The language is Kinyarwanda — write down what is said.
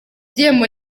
gihembo